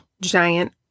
giant